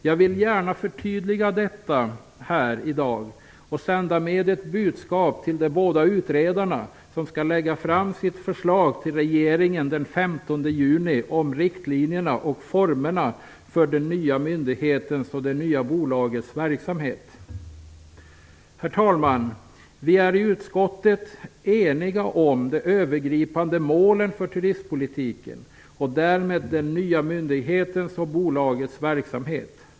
Jag vill gärna förtydliga detta här i dag och sända med ett budskap till de båda utredarna som skall lägga fram sina förslag om riktlinjer och former för den nya myndighetens och det nya bolagets verksamhet till regeringen den 15 juni. Herr talman! Vi är eniga i utskottet om de övergripande målen för turistpolitiken, och därmed om den nya myndighetens och det nya bolagets verksamhet.